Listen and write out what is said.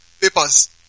papers